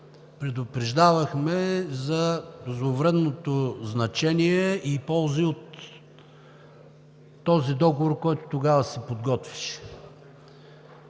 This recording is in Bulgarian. предупреждавахме за зловредното значение и ползите от този договор, който тогава се подготвяше.